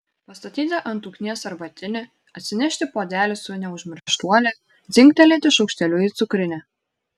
pastatyti ant ugnies arbatinį atsinešti puodelį su neužmirštuole dzingtelėti šaukšteliu į cukrinę